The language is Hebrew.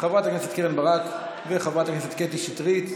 חברת הכנסת קרן ברק וחברת הכנסת קרן שטרית.